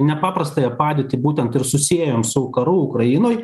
nepaprastąją padėtį būtent ir susiejam su karu ukrainoj